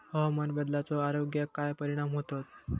हवामान बदलाचो आरोग्याक काय परिणाम होतत?